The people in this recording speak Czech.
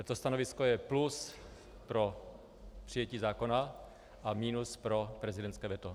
To stanovisko je plus pro přijetí zákona a minus pro prezidentské veto.